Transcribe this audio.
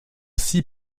six